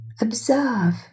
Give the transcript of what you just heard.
Observe